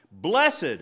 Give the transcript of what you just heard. blessed